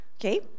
Okay